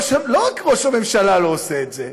לא רק ראש הממשלה לא עושה את זה,